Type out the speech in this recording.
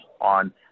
on